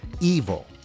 evil